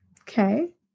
okay